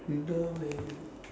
move on leh